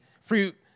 fruit